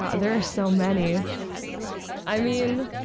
ah there are so many i mean